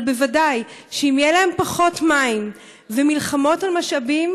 אבל ודאי שאם יהיו להן פחות מים ומלחמות על משאבים,